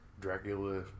Dracula